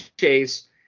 chase